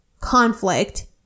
conflict